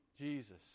Jesus